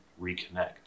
reconnect